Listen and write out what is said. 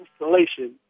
installation